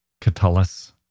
Catullus